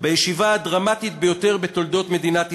בישיבה הדרמטית ביותר בתולדות מדינת ישראל,